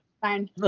fine